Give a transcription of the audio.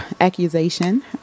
accusation